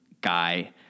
guy